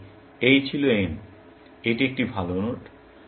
ধরি এই ছিল n এটি একটি ভাল নোড